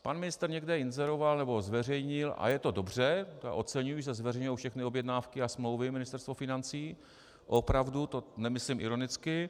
Pan ministr někde inzeroval nebo zveřejnil, a je to dobře, to já oceňuji, že se zveřejňují všechny objednávky a smlouvy Ministerstva financí, opravdu, to nemyslím ironicky.